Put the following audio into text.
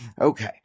Okay